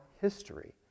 history